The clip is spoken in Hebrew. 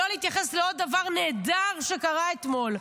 לא להתייחס לעוד דבר נהדר שקרה אתמול,